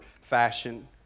fashion